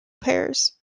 pairs